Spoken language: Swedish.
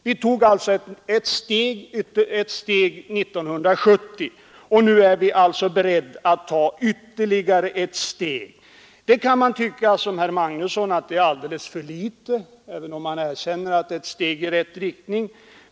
Vi tog alltså ett steg 1970, och nu är vi beredda att ta ytterligare ett steg. Herr Magnusson i Kristinehamn tycker att det är en alldeles för begränsad reform, även om han erkänner att den är ett steg i rätt riktning.